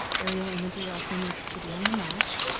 aerial imagery also needs to be on the map,